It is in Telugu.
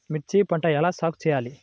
మిర్చి పంట ఎలా సాగు చేయాలి?